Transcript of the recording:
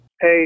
Hey